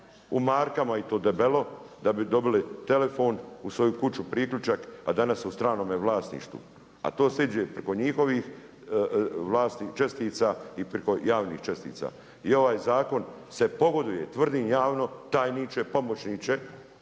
u markama i to debelo da bi dobili telefon, u svoju kuću priključak a danas su u stranom vlasništvu a to se iđe preko njihovih čestica i priko javnih čestica. I ovaj zakon se pogoduje, tvrdim javno tajniče, pomoćniče,